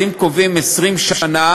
אז אם קובעים 20 שנה,